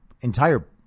entire